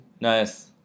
Nice